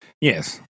yes